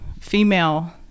female